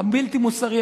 הבלתי-מוסרי,